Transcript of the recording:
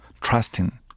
trusting